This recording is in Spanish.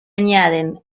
añaden